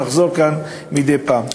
נחזור כאן מדי פעם.